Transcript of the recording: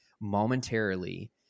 momentarily